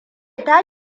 ta